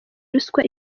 ruswa